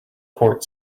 court